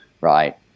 right